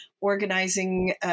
organizing